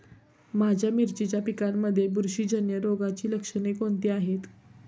माझ्या मिरचीच्या पिकांमध्ये बुरशीजन्य रोगाची लक्षणे कोणती आहेत?